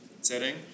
setting